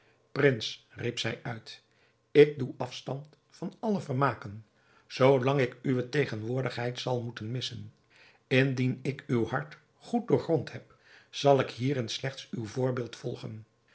prins riep zij uit ik doe afstand van alle vermaken zoo lang ik uwe tegenwoordigheid zal moeten missen indien ik uw hart goed doorgrond heb zal ik hierin slechts uw voorbeeld volgen